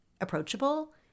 approachable